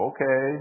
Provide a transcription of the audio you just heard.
Okay